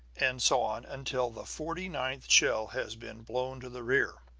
and so on, until the forty-ninth shell has been blown to the rear.